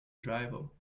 drivel